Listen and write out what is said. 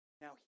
Now